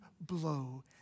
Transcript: blow